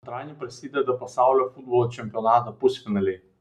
antradienį prasideda pasaulio futbolo čempionato pusfinaliai